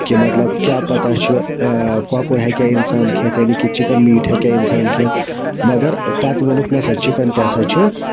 کہِ مطلب کیاہ پَتہ چھُ کۄکُر ہٮ۪کیاہ اِنسان کھٮ۪تھ یعنے کہِ چِکَن میٖٹ ہٮ۪کیاہ اِنسان کھٮ۪تھ مَگر پَتہٕ ووٚنُکھ نہ سا چِکَن تہِ ہسا چھُ